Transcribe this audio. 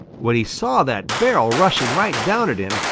when he saw that barrel rushing right down at him,